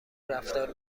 رفتار